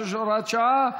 146, הוראת שעה),